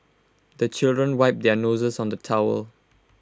the children wipe their noses on the towel